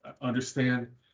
understand